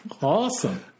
awesome